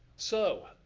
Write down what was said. so,